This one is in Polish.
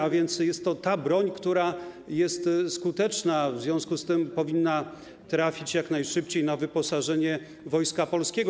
A więc to jest ta broń, która jest skuteczna, w związku z tym powinna trafić jak najszybciej na wyposażenie Wojska Polskiego.